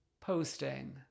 posting